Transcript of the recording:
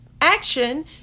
Action